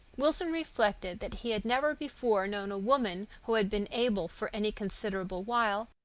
wilson reflected that he had never before known a woman who had been able, for any considerable while,